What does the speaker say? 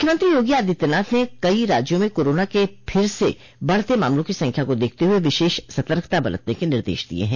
मुख्यमंत्री योगी आदित्यनाथ ने कई राज्यों में कोरोना के फिर से बढ़ते मामलों की संख्या को देखते हुए विशेष सतर्कता बरतने के निर्देश दिये हैं